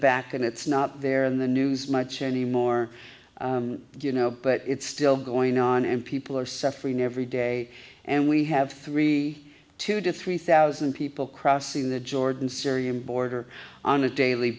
back and it's not they're in the news much anymore you know but it's still going on and people are suffering every day and we have three two to three thousand people crossing the jordan syrian border on a daily